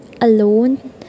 alone